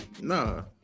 No